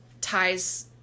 ties